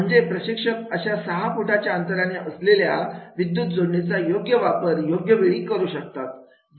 म्हणजे प्रशिक्षक अशा सहा फुटाच्या अंतराने असलेल्या विद्युत जोडणीचा योग्य वापर योग्य वेळी करू शकतात